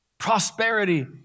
Prosperity